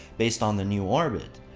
based on the new orbit.